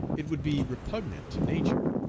it would be repugnant to nature.